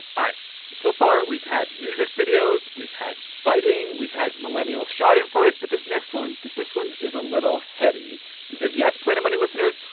so far, we've had music videos, we've had fighting, we've had millennial schadenfreude, but this next one, this next one is a little heady because, yes, planet money listeners,